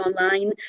online